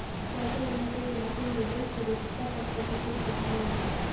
वर्षावनों के विनाश से मृदा स्थिरता पर प्रतिकूल प्रभाव हो रहा है